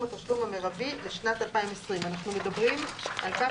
התשלום המרבי לשנת 2020״ ; אנחנו מדברים על כך,